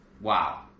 Wow